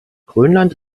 grönland